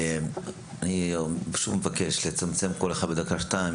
אני מבקש לצמצם כל אחד בדקה, שתיים.